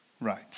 Right